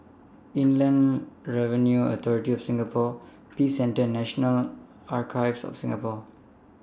Inland Revenue Authority of Singapore Peace Centre National Archives of Singapore